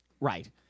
Right